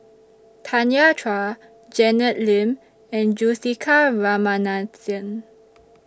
Tanya Chua Janet Lim and Juthika Ramanathan